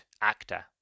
actor